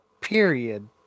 period